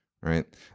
right